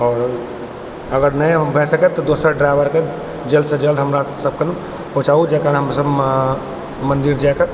आओर अगर नहि भए सकै तऽ दोसर ड्राइवरके जल्द सँ जल्द हमरा सबके पहुँचाबू हमसब मन्दिर जाके